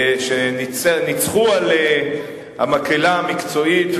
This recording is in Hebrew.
שניצחו על המקהלה המקצועית,